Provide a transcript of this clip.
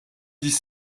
dix